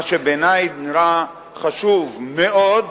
מה שבעיני נראה חשוב מאוד,